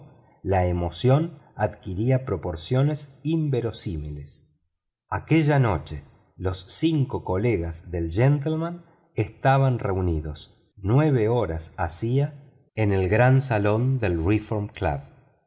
la emoción adquiría proporciones inverosímiles aquella noche los cinco colegas del gentleman estaban reunidos nueve horas hacía en el salón del reform club